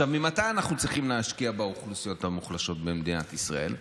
ממתי אנחנו צריכים להשקיע באוכלוסיות המוחלשות במדינת ישראל?